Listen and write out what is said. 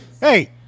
Hey